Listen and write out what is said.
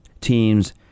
teams